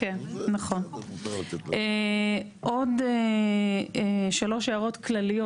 עוד שלוש הערות כלליות.